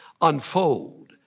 unfold